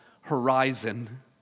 horizon